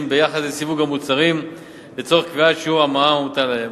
ביחס לסיווג המוצרים לצורך קביעת שיעור המע"מ המוטל עליהם.